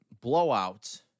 blowout